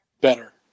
Better